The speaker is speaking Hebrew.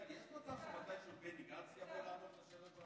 יש מצב שבני גנץ ישיב לנו?